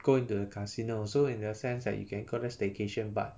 go to the casino so in the sense like you can go there staycation but